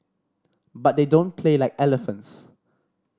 but they don't play like elephants